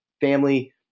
family